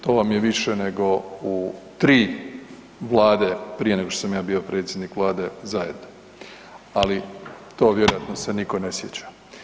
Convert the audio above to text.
To vam je više nego u 3 vlade prije nego što sam je bio predsjednik Vlade zajedno, ali to vjerojatno se nitko ne sjeća.